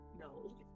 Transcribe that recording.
no